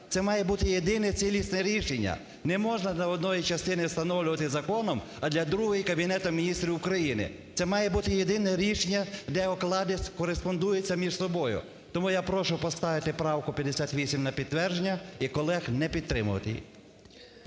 це має бути єдине цілісне рішення. Не можна для одної частини встановлювати законом, а для другої – Кабінетом Міністрів України. Це має бути єдине рішення, де оклади кореспондуються між собою. Тому я прошу поставити правку 58 на підтвердження, і колег не підтримувати.